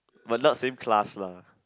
but not same class lah